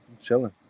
chilling